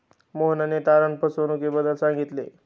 मोहनने तारण फसवणुकीबद्दल सांगितले